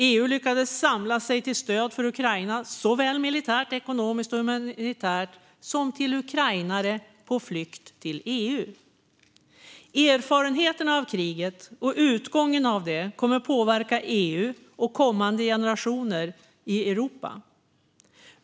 EU lyckades samla sig till stöd för Ukraina, såväl militärt, ekonomiskt och humanitärt som till ukrainare på flykt till EU. Erfarenheterna av kriget och utgången av det kommer att påverka EU och kommande generationer i Europa.